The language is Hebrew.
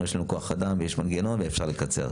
ויש לנו כוח אדם ויש מנגנון ואפשר לקצר.